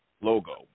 logo